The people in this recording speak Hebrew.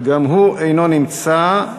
לא נמצא.